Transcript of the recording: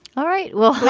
all right well,